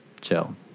chill